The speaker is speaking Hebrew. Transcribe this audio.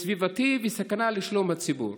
סביבתי וסכנה לשלום הציבור.